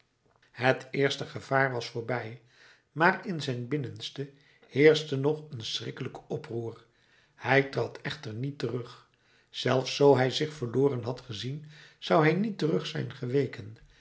het eerste gevaar was voorbij maar in zijn binnenste heerschte nog een schrikkelijk oproer hij trad echter niet terug zelfs zoo hij zich verloren had gezien zou hij niet terug zijn geweken